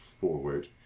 forward